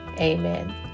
Amen